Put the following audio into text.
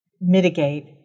mitigate